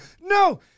no